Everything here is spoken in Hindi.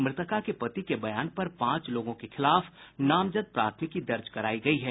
मृतका के पति के बयान पर पांच लोगों के खिलाफ नामजद प्राथमिकी दर्ज करायी गयी है